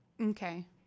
Okay